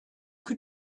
can